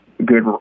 good